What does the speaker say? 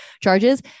charges